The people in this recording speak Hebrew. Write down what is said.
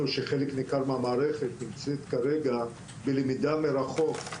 שחלק ניכר מהמערכת נמצאת כרגע בלמידה מרחוק,